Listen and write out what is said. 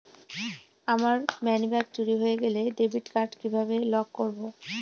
আমার মানিব্যাগ চুরি হয়ে গেলে ডেবিট কার্ড কিভাবে লক করব?